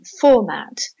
format